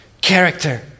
character